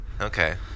okay